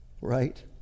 Right